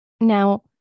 Now